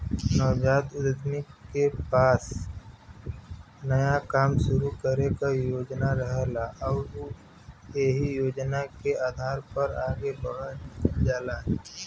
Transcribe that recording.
नवजात उद्यमी के पास नया काम शुरू करे क योजना रहेला आउर उ एहि योजना के आधार पर आगे बढ़ल जाला